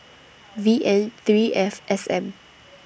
V N three F S M